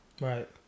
Right